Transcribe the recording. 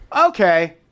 Okay